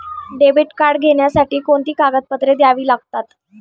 Debit card घेण्यासाठी कोणती कागदपत्रे द्यावी लागतात?